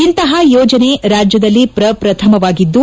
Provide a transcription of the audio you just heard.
ಇಂತಪ ಯೋಜನೆ ರಾಜ್ಯದಲ್ಲಿ ಪ್ರ ಪ್ರಥಮವಾಗಿದ್ದು